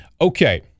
Okay